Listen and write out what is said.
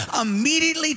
immediately